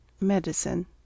Medicine